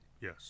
Yes